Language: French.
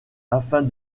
afin